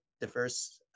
diverse